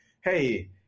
Hey